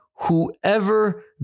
Whoever